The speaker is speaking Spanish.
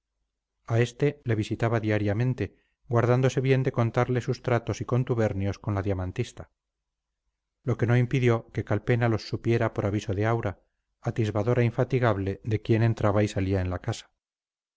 a este le visitaba diariamente guardándose bien de contarle sus tratos y contubernios con la diamantista lo que no impidió que calpena los supiera por aviso de aura atisbadora infatigable de quién entraba y salía en la casa